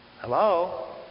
Hello